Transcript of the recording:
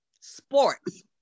sports